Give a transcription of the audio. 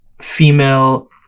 female